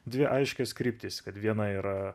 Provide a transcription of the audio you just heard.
dvi aiškias kryptis kad viena yra